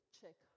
check